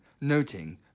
noting